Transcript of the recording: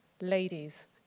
Ladies